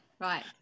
right